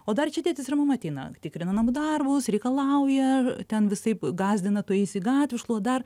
o dar čia tėtis ir mama ateina tikrina namų darbus reikalauja ten visaip gąsdina tu eisi gatvių šluot dar